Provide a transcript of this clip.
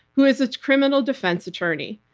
who is a criminal defense attorney.